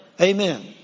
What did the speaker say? Amen